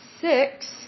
six